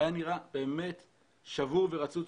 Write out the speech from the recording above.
הוא היה נראה באמת שבור ורצוץ,